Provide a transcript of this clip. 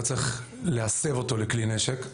לא צריך להסב אותו לכלי נשק,